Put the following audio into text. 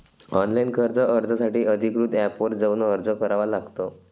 online कर्ज अर्जासाठी अधिकृत एपवर जाऊन अर्ज करावा लागतो